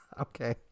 Okay